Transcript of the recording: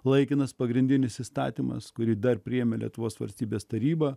laikinas pagrindinis įstatymas kurį dar priėmė lietuvos valstybės taryba